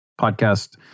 podcast